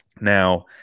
now